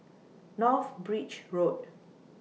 North Bridge Road